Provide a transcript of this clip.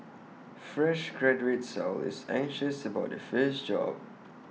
fresh graduates are always anxious about their first job